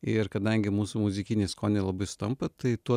ir kadangi mūsų muzikiniai skoniai labai sutampa tai tų